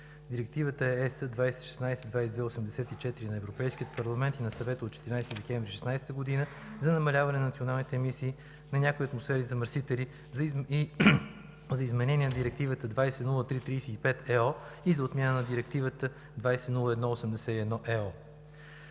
Директивата е (ЕС) 2016/2284 на Европейския парламент и на Съвета от 14 декември 2016 г. за намаляване на националните емисии на някои атмосферни замърсители и за изменение на Директивата 2003/35/ЕО и за отмяна на Директивата 2001/81/ЕО.